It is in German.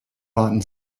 warten